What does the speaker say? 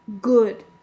good